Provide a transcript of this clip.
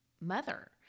mother